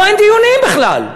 פה אין דיונים בכלל: